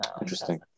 Interesting